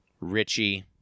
Richie